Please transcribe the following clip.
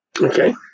Okay